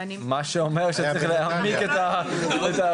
ואני - מה שאומר שצריך להעמיק את הבדיקה.